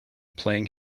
playing